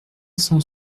cent